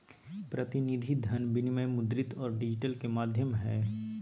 प्रतिनिधि धन विनिमय मुद्रित और डिजिटल के माध्यम हइ